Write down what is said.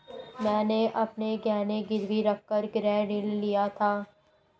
मैंने अपने गहने गिरवी रखकर गृह ऋण लिया था